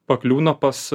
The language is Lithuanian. pakliūna pas